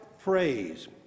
phrase